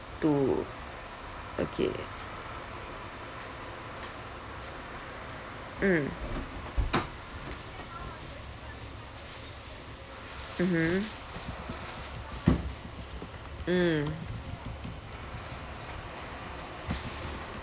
to okay mm mmhmm mm